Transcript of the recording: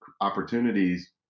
opportunities